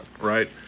right